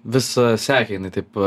vis sekė jinai taip